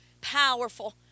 Powerful